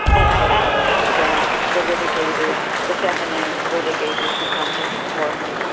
and i asked him about the litigators, the feminine litigators who come for him.